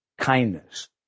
kindness